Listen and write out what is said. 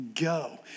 go